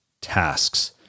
tasks